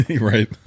Right